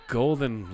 golden